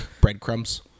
breadcrumbs